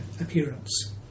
appearance